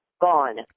Gone